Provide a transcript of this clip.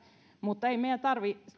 mutta ei meidän tarvitse